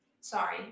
Sorry